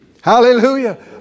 Hallelujah